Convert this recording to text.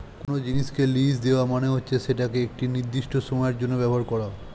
কোনো জিনিসকে লীজ দেওয়া হচ্ছে মানে সেটাকে একটি নির্দিষ্ট সময়ের জন্য ব্যবহার করা